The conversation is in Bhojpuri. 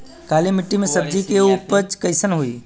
काली मिट्टी में सब्जी के उपज कइसन होई?